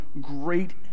great